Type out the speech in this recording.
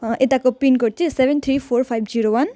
यताको पिनकोड चाहिँ seven three four five zero one